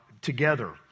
together